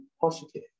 positive